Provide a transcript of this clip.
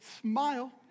Smile